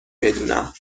بدونم